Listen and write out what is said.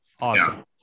Awesome